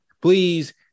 please